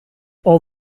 all